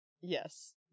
Yes